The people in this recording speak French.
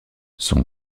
son